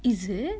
is it